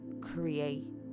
create